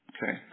Okay